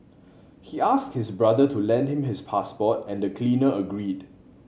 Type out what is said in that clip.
he asked his brother to lend him his passport and the cleaner agreed